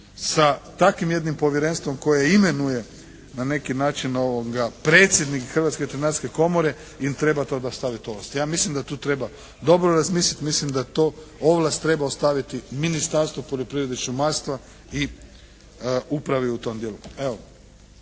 sa takvim jednim povjerenstvom koje imenuje na neki način predsjednik Hrvatske veterinarske komore im treba …/Govornik se ne razumije./… Ja mislim da tu treba dobro razmislit. Mislim da tu ovlast treba ostaviti Ministarstvu poljoprivrede i šumarstva i upravi u tom dijelu.